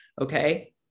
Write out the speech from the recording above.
okay